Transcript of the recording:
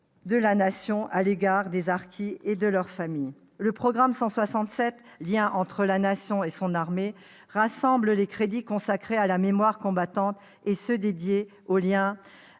de la Nation à l'égard des harkis et de leurs familles. Le programme 167, « Liens entre la Nation et son armée », rassemble les crédits consacrés à la mémoire combattante et ceux qui